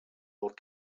old